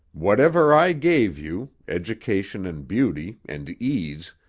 whatever i gave you, education and beauty, and ease,